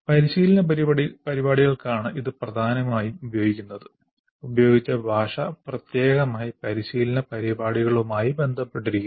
പരിശീലന പരിപാടികൾക്കാണ് ഇത് പ്രധാനമായും ഉപയോഗിക്കുന്നത് ഉപയോഗിച്ച ഭാഷ പ്രത്യേകമായി പരിശീലന പരിപാടികളുമായി ബന്ധപ്പെട്ടിരിക്കുന്നു